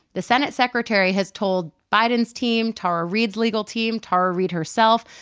the senate secretary has told biden's team tara reade's legal team, tara reade herself,